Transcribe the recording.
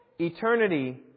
Eternity